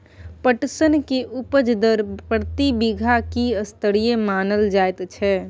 पटसन के उपज दर प्रति बीघा की स्तरीय मानल जायत छै?